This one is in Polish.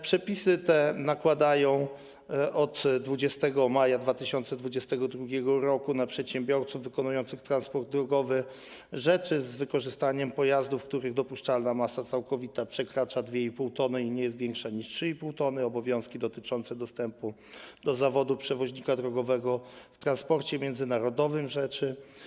Przepisy nakładają od 20 maja 2022 r. na przedsiębiorców wykonujących transport drogowy rzeczy z wykorzystaniem pojazdów, których dopuszczalna masa całkowita przekracza 2,5 t i nie jest większa niż 3,5 t, obowiązki dotyczące dostępu do zawodu przewoźnika drogowego w transporcie międzynarodowym rzeczy.